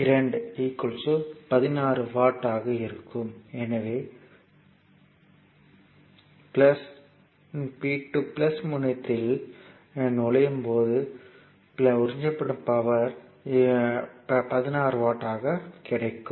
எனவே 8 ampere current P2 இன் முனையத்தில் நுழையும்போது உறிஞ்சப்படும் பவர் P2 2 8 16 வாட் ஆகும்